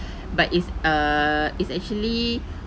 but it's uh it's actually